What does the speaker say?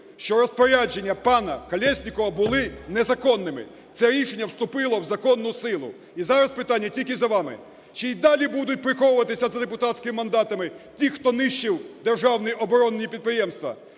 що розпорядження пана Колєснікова були незаконними. Це рішення вступило в законну силу, і зараз питання тільки за вами, чи й далі будуть приховуватися за депутатськими мандатами ті, хто нищив державні оборонні підприємства,